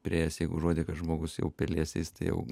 priėjęs jeigu užuodi kad žmogus jau pelėsiais tai jau